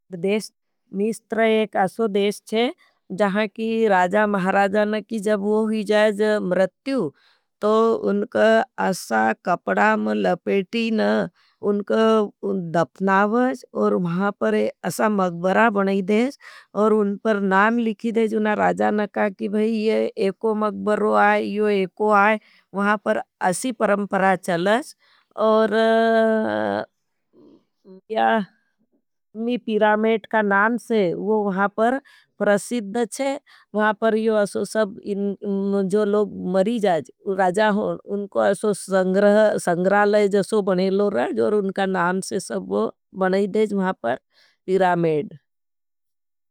देश मिष्टर एक अशो देश छे, जहां कि राजा, महराजानकी जब हो ही जाये, जब मृत्यू। तो उनका ऐसा कपड़ा में लपेटी न उनका दफनावज। और महापर ऐसा मगबरा बनाई देश, और उनपर नाम लिखी देज। उना राजानका की भाई ये एको मगबरो आए ये एको आए। वहाँ पर ऐसी परंपरा चलास। और ये पीरामेड का नाम से वो वहाँ पर प्रसिद्ध छे। वहाँ पर ये अशो सब जो लोग मरी जाज, राजा होन। उनको अशो संग्रालय जसो बने लो राज, और उनका नाम से सब वो बनाई देश वहाँ पर पीरामेड।